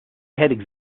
head